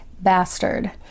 bastard